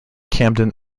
camden